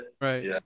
Right